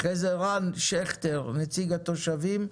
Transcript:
אחרי זה רן שכטר, נציג התושבים,